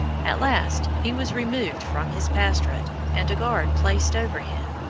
at last he was removed from his pastorate, and a guard placed over him.